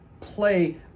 play